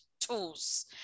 tools